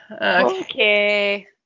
Okay